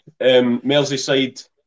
Merseyside